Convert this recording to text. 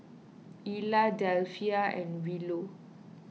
Ilah Delphia and Willow